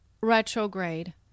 retrograde